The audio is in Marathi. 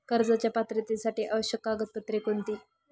कर्जाच्या पात्रतेसाठी आवश्यक कागदपत्रे कोणती?